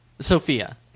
Sophia